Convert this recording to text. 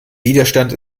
widerstand